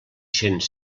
cents